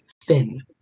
thin